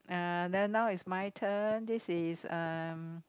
uh then now is my turn this is um